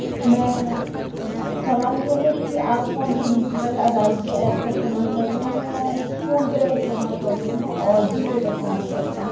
میں سوال یہ کہ آپ کون سے ڈیجیٹل ادائگی ایپ کا استعمال کرتے ہیں میں فون پے کا استعمال کرتی ہوں اور جی پے کا استعمال کرتی ہوں